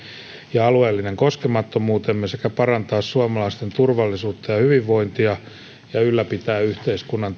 ja alueellinen koskemattomuutemme sekä parantaa suomalaisten turvallisuutta ja hyvinvointia ja ylläpitää yhteiskunnan